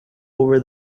over